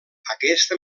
aquesta